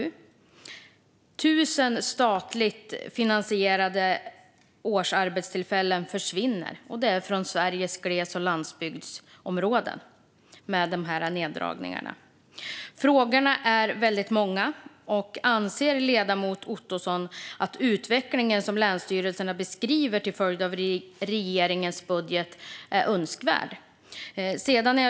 I och med dessa neddragningar försvinner 1 000 statligt finansierade årsarbetstillfällen från Sveriges gles och landsbygdsområden. Frågorna är många. Anser ledamoten Ottosson att utvecklingen som länsstyrelserna beskriver till följd av regeringens budget är önskvärd?